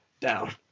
down